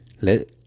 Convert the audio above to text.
Let